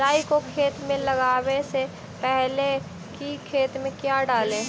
राई को खेत मे लगाबे से पहले कि खेत मे क्या डाले?